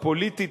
הפוליטית,